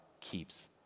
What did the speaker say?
keeps